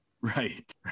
Right